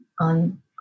on